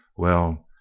well,